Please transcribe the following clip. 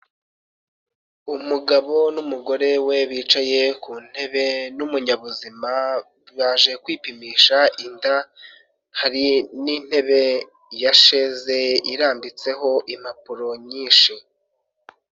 Umugabo n'umugore we bicaye ku ntebe n'umunyabuzima baje kwipimisha inda, hari n'intebe ya sheze irambitseho impapuro nyinshi.